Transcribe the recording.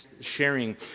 sharing